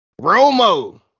Romo